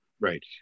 Right